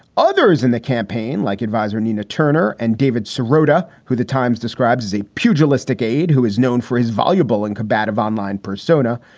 others in the campaign, like adviser nina turner and david sirota, who the times describes as a pugilistic aide who is known for his voluble and combative online persona,